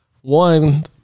one